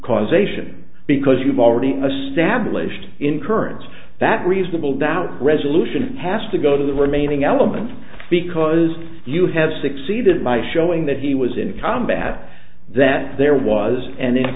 causation because you've already established in currents that reasonable doubt resolution passed to go to the remaining element because you have succeeded by showing that he was in combat that there was and